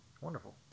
wonderful